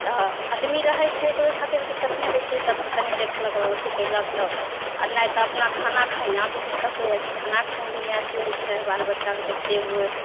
तऽ आदमी रहै छै तऽ ओहि खातिर दिक्कत नहि रहै छै तब तऽ तनि देखलक अथी कएलक तब आओर नहि तऽ अपना खाना खेनाइ भी दिक्कत हो जाइ छै खाना खाइमे भी नहि अथी होइ छै बाल बच्चाके देखिते हुए